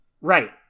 Right